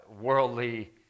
worldly